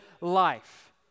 life